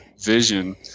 vision